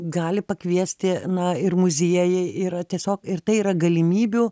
gali pakviesti na ir muziejai yra tiesiog ir tai yra galimybių